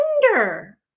wonder